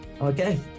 Okay